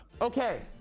Okay